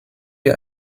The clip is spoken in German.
wie